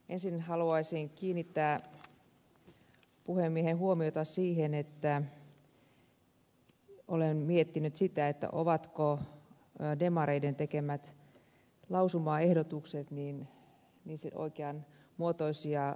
ensin haluaisin kiinnittää puhemiehen huomiota siihen että olen miettinyt sitä ovatko demareiden tekemät lausumaehdotukset oikean muotoisia